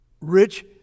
rich